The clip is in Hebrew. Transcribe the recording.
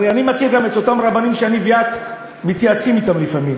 הרי אני מכיר גם את אותם רבנים שאני ואת מתייעצים אתם לפעמים,